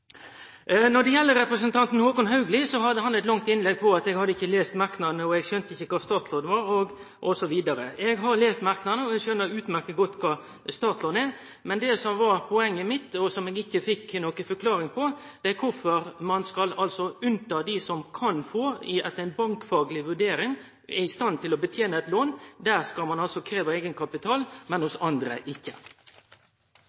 Representanten Håkon Haugli hadde eit langt innlegg om at eg ikkje hadde lese merknadane, at eg ikkje skjønte kva startlån er, osv. Eg har lese merknadane, og eg skjønar utmerkt godt kva startlån er, men det som var poenget mitt, og som eg ikkje fekk noka forklaring på, er korfor ein skal halde utanfor dei som etter ei bankfagleg vurdering er i stand til å betene eit lån – dei skal ein altså krevje har eigenkapital, men